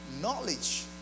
knowledge